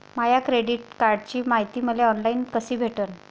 माया credit कार्डची मायती मले ऑनलाईन कसी भेटन?